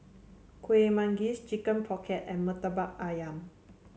Kueh Manggis Chicken Pocket and Murtabak ayam